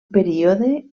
període